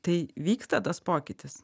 tai vyksta tas pokytis